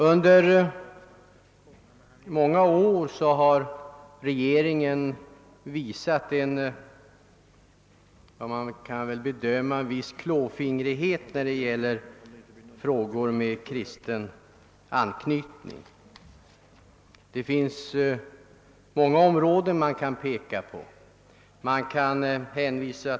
Under många år har regeringen visat en viss klåfingrighet när det gäller frågor med kristen anknytning. Man kan peka på olika områden.